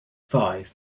five